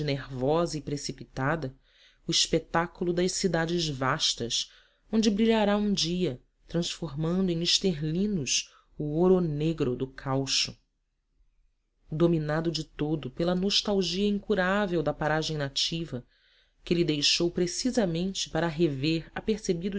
nervosa e precipitada o espetáculo das cidades vastas onde brilhará um dia transformando em esterlinos o oro negro do caucho dominado de todo pela nostalgia incurável da paragem nativa que ele deixou precisamente para